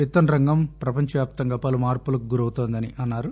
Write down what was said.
విత్తన రంగం ప్రపంచ వ్యాప్తంగా పలు మార్పులకు గురవుతోందని అన్నారు